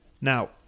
Now